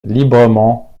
librement